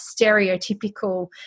stereotypical